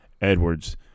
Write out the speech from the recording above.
Edwards